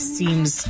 seems